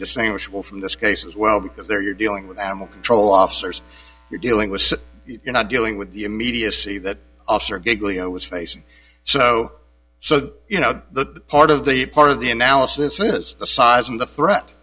distinguishable from this case as well because there you're dealing with animal control officers you're dealing with you're not dealing with the immediacy that officer gig leo was facing so so you know the part of the part of the analysis it's the size of the threat